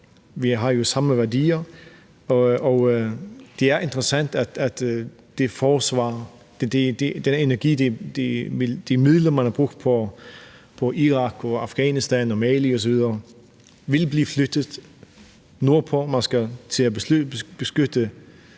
Vi har jo samme værdier. Og det er interessant i forhold til forsvaret, at de midler, man har brugt på Irak og Afghanistan og Mali osv., vil blive flyttet nordpå. Man skal til at beskytte